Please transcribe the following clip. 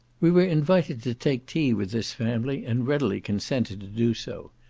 we were invited to take tea with this family, and readily consented to do so.